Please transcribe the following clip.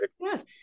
Yes